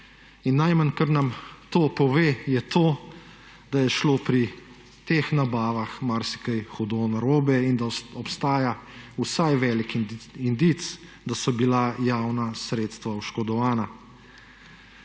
In najmanj, kar nam to pove, je to, da je šlo pri teh nabavah marsikaj hudo narobe in da obstaja vsaj velik indic, da so bila javna sredstva oškodovana.